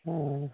অঁ